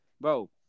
bro